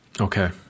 Okay